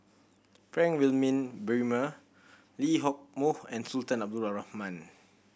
Frank Wilmin Brewer Lee Hock Moh and Sultan Abdul Rahman